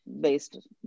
based